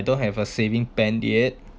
you don't have a saving plan yet